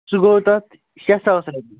سُہ گوٚو تَتھ شےٚ ساس رۄپیہِ